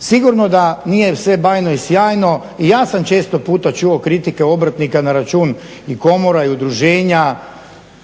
Sigurnu da nije sve bajno i sjajno i ja sam često puta čuo kritike obrtnika na račun i komora i udruženja.